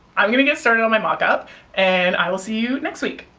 i'm going to get started on my mock-up and i will see you next week!